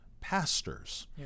pastors